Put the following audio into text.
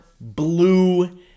Blue